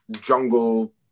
jungle